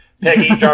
Peggy